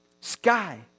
Sky